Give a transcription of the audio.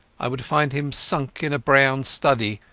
i would find him sunk in a brown study,